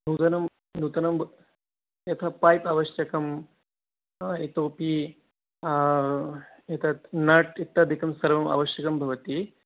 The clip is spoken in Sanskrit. नूतनं नूतनम् एकं पैप् आवश्यकम् इतोऽपि एतत् नट् इत्यादिकं सर्वमावश्यकं भवति